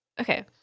okay